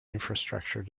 infrastructure